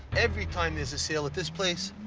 every time there's a sale at this place,